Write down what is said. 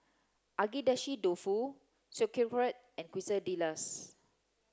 Agedashi Dofu Sauerkraut and Quesadillas